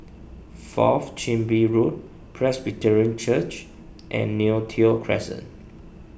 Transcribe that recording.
Fourth Chin Bee Road Presbyterian Church and Neo Tiew Crescent